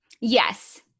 Yes